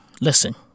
Listen